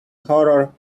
horror